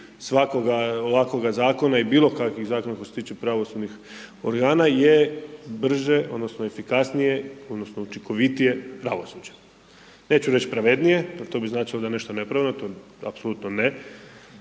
svakoga ovakvoga zakona i bilo kakvih zakona koji se tiče pravosudnih organa je brže, odnosno efikasnije, odnosno učinkovitije pravosuđe. Neću reći pravednije jer to bi značilo da je nešto nepravedno, to apsolutno ne,